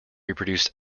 reproduced